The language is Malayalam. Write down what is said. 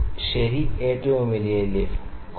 8 ശരി ഏറ്റവും വലിയ ലീഫ്